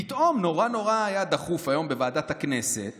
פתאום היה נורא נורא דחוף היום בוועדת הכנסת